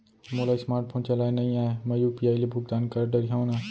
मोला smart phone चलाए नई आए मैं यू.पी.आई ले भुगतान कर डरिहंव न?